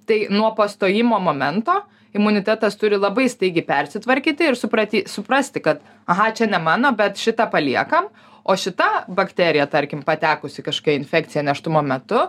tai nuo pastojimo momento imunitetas turi labai staigiai persitvarkyti ir suprati suprasti kad aha čia ne mano bet šitą paliekam o šita bakterija tarkim patekusi kažkokia infekcija nėštumo metu